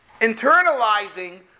internalizing